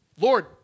Lord